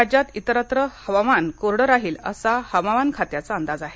राज्यात इतस्त्र हवामान कोरडं राहील असा हवामान खात्याचा अंदाज आहे